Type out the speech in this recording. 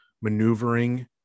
maneuvering